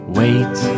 wait